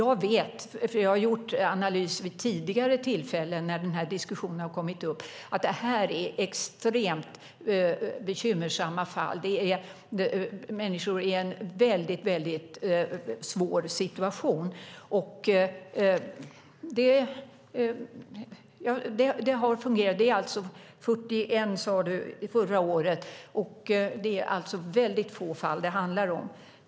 Jag vet, för jag har gjort analyser vid tidigare tillfällen när den här diskussionen har kommit upp, att det här är extremt bekymmersamma fall. Det är människor i en väldigt svår situation. Det var alltså 41, sade du, förra året. Det är alltså väldigt få fall det handlar om.